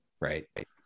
right